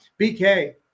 BK